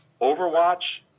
Overwatch